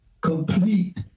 complete